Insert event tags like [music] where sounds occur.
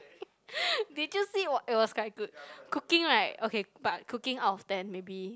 [breath] did you see it was it was quite good cooking right okay but cooking out of ten maybe